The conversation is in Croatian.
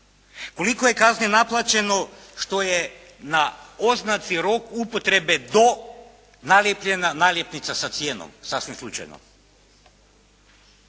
Koliko je kazni naznačeno što je na oznaci rok upotrebe do, naljepljena naljepnica sa cijenom, sasvim slučajno?